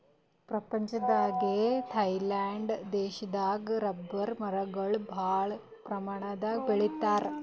ಪ್ರಪಂಚದಾಗೆ ಥೈಲ್ಯಾಂಡ್ ದೇಶದಾಗ್ ರಬ್ಬರ್ ಮರಗೊಳ್ ಭಾಳ್ ಪ್ರಮಾಣದಾಗ್ ಬೆಳಿತಾರ್